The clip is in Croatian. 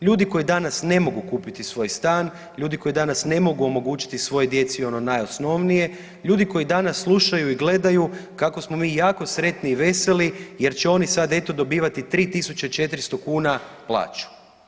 Ljudi koji danas ne mogu kupiti svoj stan, ljudi koji danas ne mogu omogućiti svojoj djeci ono najosnovnije, ljudi koji danas slušaju i gledaju kako smo mi jako sretni i veseli jer će oni sad, eto, dobivati 3 400 kuna plaću.